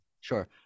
Sure